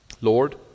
Lord